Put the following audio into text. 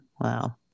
Wow